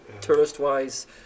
tourist-wise